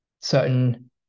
certain